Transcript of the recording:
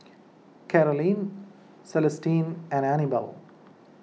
Carolyne Celestine and Anibal